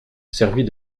servit